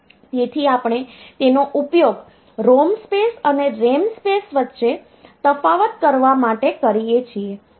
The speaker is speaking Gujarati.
તેથી આપણે તેનો ઉપયોગ ROM સ્પેસ અને RAM સ્પેસ વચ્ચે તફાવત કરવા માટે કરીએ છીએ